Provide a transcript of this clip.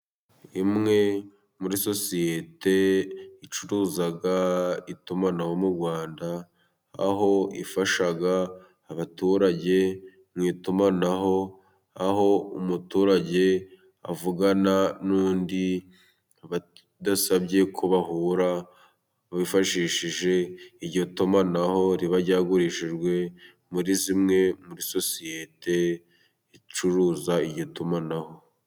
Imwe muri sosiyete icuruza itumanaho mu Rwanda, aho ifasha abaturage mu itumanaho, aho umuturage avugana n'undi bidasabye ko bahura, bifashishije iryo tumanaho riba ryagurishijwe muri zimwe muri sosiyete icuruza iryo tumanaho.